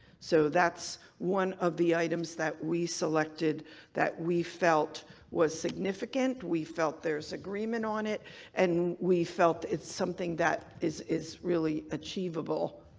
so that's one of the items that we selected that we felt was significant. we felt there's agreement on it and we felt it's something that is is really achievable.